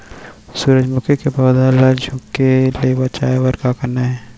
सूरजमुखी के पौधा ला झुके ले बचाए बर का करना हे?